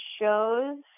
shows